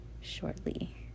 shortly